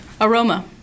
Aroma